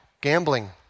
gambling